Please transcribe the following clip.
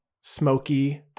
smoky